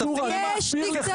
רשות אחת זה דיקטטורה אני מזכיר לך.